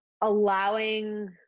allowing